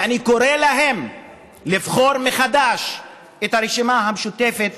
ואני קורא להם לבחור מחדש ברשימה המשותפת,